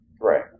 Right